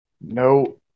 No